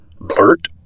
blurt